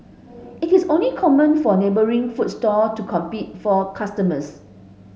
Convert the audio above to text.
it is only common for neighbouring food stall to compete for customers